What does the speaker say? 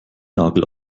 nagel